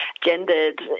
gendered